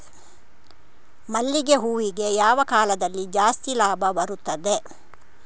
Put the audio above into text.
ಮಲ್ಲಿಗೆ ಹೂವಿಗೆ ಯಾವ ಕಾಲದಲ್ಲಿ ಜಾಸ್ತಿ ಲಾಭ ಬರುತ್ತದೆ?